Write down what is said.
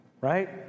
right